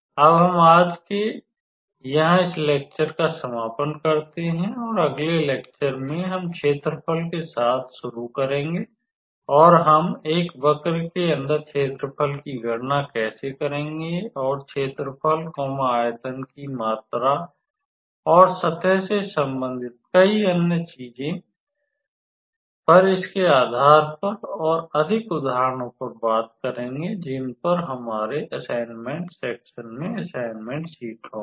अब हम आज यहां इस लेक्चर का समापन करते हैं और अगले लेक्चर में हम क्षेत्रफल के साथ शुरू करेंगे और हम एक वक्र के अंदर क्षेत्रफल की गणना कैसे करेंगे और क्षेत्रफल आयतन की मात्रा और सतह से संबंधित कई अन्य बातों पर इसके आधार पर और अधिक उदाहरणों पर बात करेंगे जिन पर हमारे असाइनमेंट सेक्शन में असाइनमेंट शीट होंगे